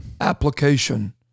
application